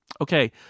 Okay